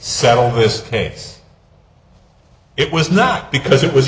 settle this case it was not because it was